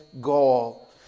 goal